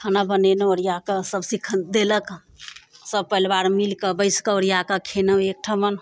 खाना बनेनहुँ ओरियाकऽ सभ सीख देलक सभ परिवार मिलकऽ बैसिकऽ ओरियाकऽ खेनौ एक ठमन